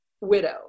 widow